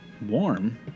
Warm